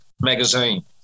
Magazine